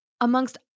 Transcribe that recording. amongst